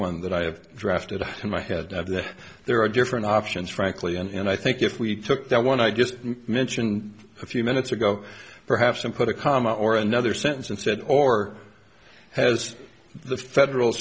one that i have drafted in my head of that there are different options frankly and i think if we took that one i just mentioned a few minutes ago perhaps and put a comma or another sentence instead or has the federal